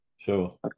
Sure